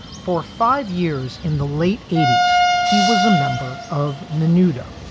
for five years in the late eighty s, he was a member of menudo,